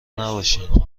نباشین